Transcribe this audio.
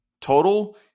total –